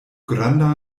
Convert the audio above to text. granda